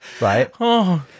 right